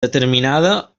determinada